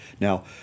Now